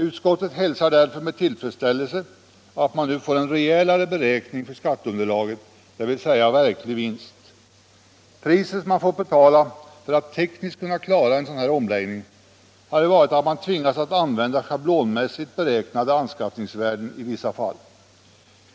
Utskottet hälsar därför med tillfredsställelse att man nu får en rejälare beräkning för skatteunderlaget, dvs. verklig vinst. Priset man fått betala för att tekniskt kunna klara en sådan omläggning har varit att man tvingas att använda schablonmässigt beräknade anskaffningsvärden i vissa fall.